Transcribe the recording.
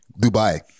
Dubai